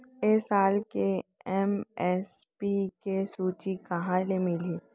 ए साल के एम.एस.पी के सूची कहाँ ले मिलही?